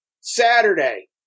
Saturday